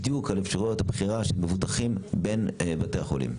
בדיוק על אפשרויות הבחירה של מבוטחים בין בתי החולים.